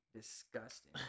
disgusting